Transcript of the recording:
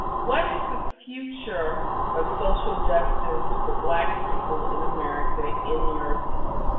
what is the future of social justice for black people in america in your opinion?